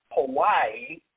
Hawaii